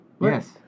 Yes